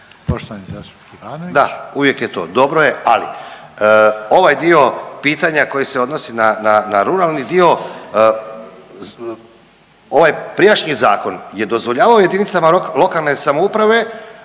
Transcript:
Poštovani zastupnik Ivanović.